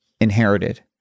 inherited